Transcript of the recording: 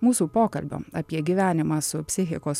mūsų pokalbio apie gyvenimą su psichikos